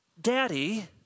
daddy